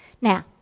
now